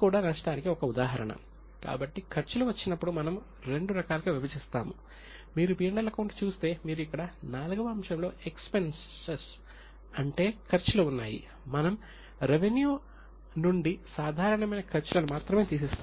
ఖర్చులు గా వర్గీకరిస్తాము